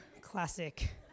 Classic